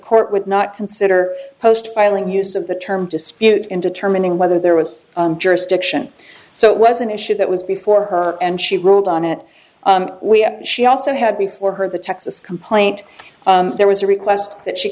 would not consider post filing use of the term dispute in determining whether there was jurisdiction so it was an issue that was before her and she ruled on it she also had before heard the texas complaint there was a request that she